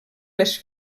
les